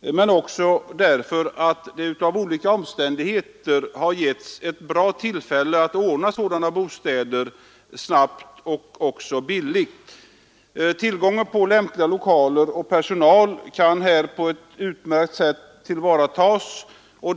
men också därför att det på grund av olika omständigheter har givits ett bra tillfälle att i Jönköping ordna sådana bostäder snabbt och även billigt. Tillgången på lämpliga lokaler och personal kan här på ett utmärkt sätt tillvaratas.